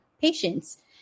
patients